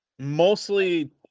Mostly